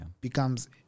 becomes